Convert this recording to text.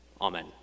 Amen